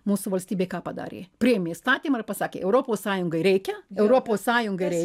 mūsų valstybė ką padarė priėmė įstatymą ir pasakė europos sąjungai reikia europos sąjungai reik